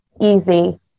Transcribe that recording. easy